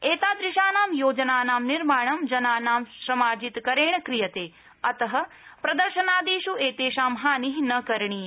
एतादृशानां योजनानां निर्माणं जनानां श्रमार्जितकरेण क्रियते अतः प्रदर्शनादिषु एतेषां हानि न करणीया